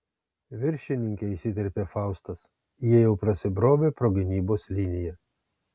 viršininke įsiterpė faustas jie jau prasibrovė pro gynybos liniją